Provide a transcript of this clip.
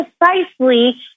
precisely